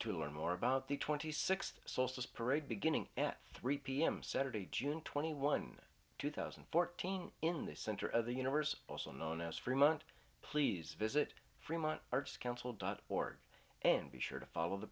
to learn more about the twenty sixth solstice parade beginning at three pm saturday june twenty one two thousand and fourteen in the center of the universe also known as fremont please visit fremont arts council dot org and be sure to follow the